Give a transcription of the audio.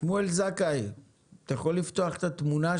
שמואל זכאי זה המפקד שלי בגולני.